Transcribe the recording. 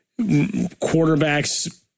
quarterbacks